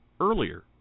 earlier